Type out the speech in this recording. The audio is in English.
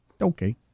Okay